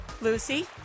Lucy